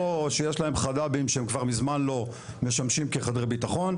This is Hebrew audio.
או שיש להם חד"בים שהם כבר מזמן לא משמשים כחדרי ביטחון,